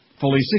Fully